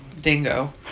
Dingo